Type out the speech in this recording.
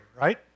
right